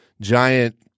giant